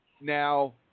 Now